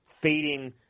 fading